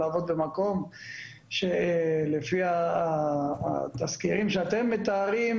לעבוד במקום שלפי התסקירים שאתם מתארים,